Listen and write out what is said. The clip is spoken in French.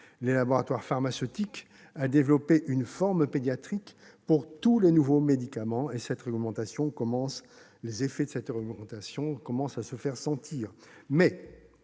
les laboratoires pharmaceutiques à développer une forme pédiatrique pour tous les nouveaux médicaments. Les effets de cette réglementation commencent à se faire sentir,